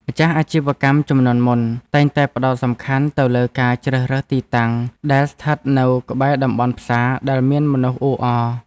ម្ចាស់អាជីវកម្មជំនាន់មុនតែងតែផ្ដោតសំខាន់ទៅលើការជ្រើសរើសទីតាំងដែលស្ថិតនៅក្បែរតំបន់ផ្សារដែលមានមនុស្សអ៊ូអរ។